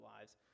lives